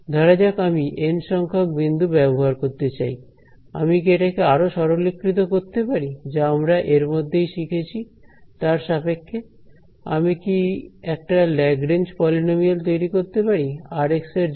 ধরা যাক আমি এন সংখ্যক বিন্দু ব্যবহার করতে চাই আমি কি এটাকে আরো সরলীকৃত করতে পারি যা আমরা এরমধ্যেই শিখেছি তার সাপেক্ষে আমি কি একটা ল্যাগরেঞ্জ পলিনোমিয়াল তৈরি করতে পারি r এর জন্য